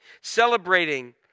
Celebrating